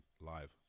live